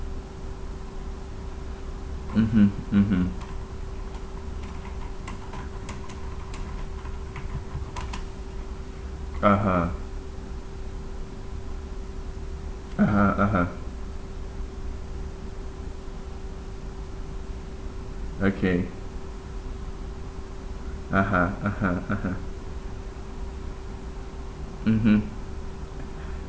mmhmm mmhmm (uh huh) (uh huh) (uh huh) okay (uh huh) (uh huh) (uh huh) mmhmm